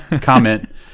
comment